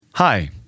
Hi